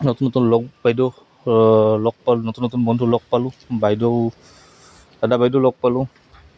নতুন নতুন লগ বাইদেউ লগ পালোঁ নতুন নতুন বন্ধু লগ পালোঁ বাইদেউ দাদা বাইদেউ লগ পালোঁ